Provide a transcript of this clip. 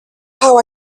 how